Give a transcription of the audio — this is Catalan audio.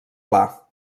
pla